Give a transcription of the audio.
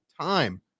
time